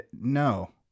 No